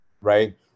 right